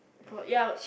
but ya